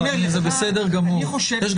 אבל אז